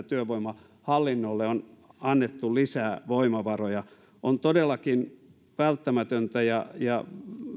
työvoimahallinnolle on annettu lisää voimavaroja on todellakin välttämätöntä ja